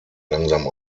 langsam